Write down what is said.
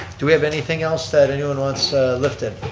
do we have anything else that anyone wants lifted?